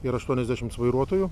ir aštuoniasdešims vairuotojų